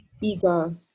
Ego